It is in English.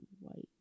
white